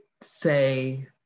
say